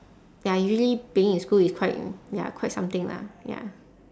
ya usually playing in school is quite ya quite something lah ya